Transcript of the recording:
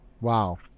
wow